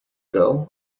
girl